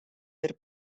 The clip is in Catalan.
per